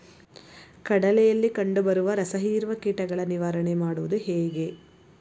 ಕಡಲೆಯಲ್ಲಿ ಕಂಡುಬರುವ ರಸಹೀರುವ ಕೀಟಗಳ ನಿವಾರಣೆ ಮಾಡುವುದು ಹೇಗೆ?